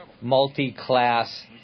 multi-class